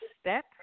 step